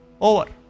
over